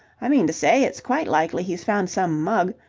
i mean to say, it's quite likely he's found some mug.